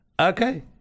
Okay